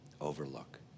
overlook